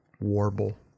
Warble